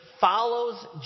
follows